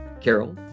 Carol